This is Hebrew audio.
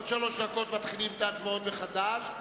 עוד שלוש דקות מתחילים את ההצבעות מחדש.